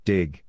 Dig